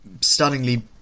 stunningly